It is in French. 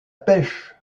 pêche